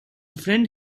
friend